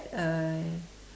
uh